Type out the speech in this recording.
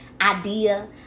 idea